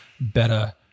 better